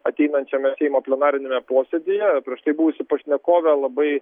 ateinančiame seimo plenariniame posėdyje prieš tai buvusi pašnekovė labai